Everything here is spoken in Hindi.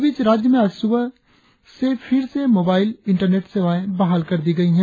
इस बीच राज्य में आज सुबह से फिर से मोबाइल इंटरनेट सेवाएं बहाल कर दी गई है